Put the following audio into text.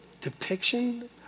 depiction